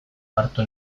hartu